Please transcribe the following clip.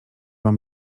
mam